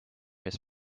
his